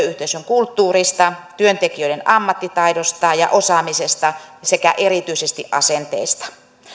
työyhteisön kulttuurista työntekijöiden ammattitaidosta ja osaamisesta sekä erityisesti asenteista